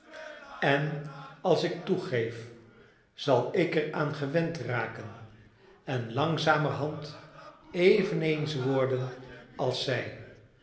en als ik toegeef zal ik er aan gewend raken en langzamerhand eveneens worden als zij